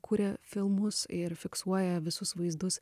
kuria filmus ir fiksuoja visus vaizdus